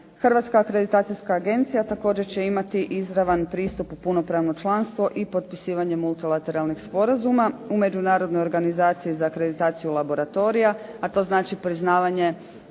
Hrvatska akreditacijska agencija također će imati izravan pristup u punopravno članstvo i potpisivanje multilateralnih sporazuma u Međunarodnoj organizaciji za akreditaciju laboratorija, a to znači priznavanje